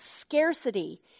scarcity